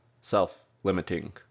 self-limiting